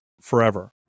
forever